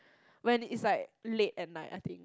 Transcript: when it's like late at night I think